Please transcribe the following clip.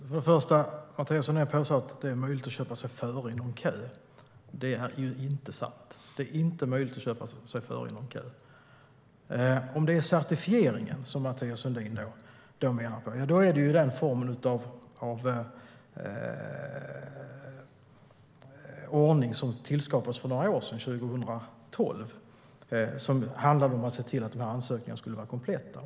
Fru talman! För det första: Mathias Sundin påstår att det är möjligt att köpa sig före i någon kö. Det är inte sant. Det är inte möjligt att köpa sig före i någon kö. Det kanske är certifieringen som Mathias Sundin syftar på. Det är den ordning som tillskapades för några år sedan, 2012, för att se till att ansökningarna skulle vara kompletta.